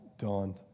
dawned